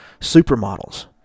supermodels